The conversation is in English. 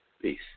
peace